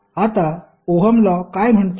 आता Ohm law काय म्हणतो